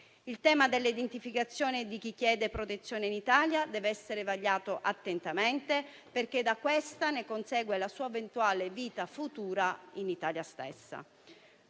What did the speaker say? Il tema dell'identificazione di chi chiede protezione in Italia dev'essere vagliato attentamente, perché ne consegue la sua eventuale vita futura in Italia.